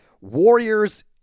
Warriors